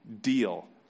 deal